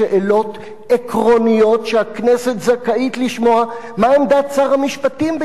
עקרוניות שהכנסת זכאית לשמוע מה עמדת שר המשפטים ביחס אליהן?